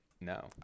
No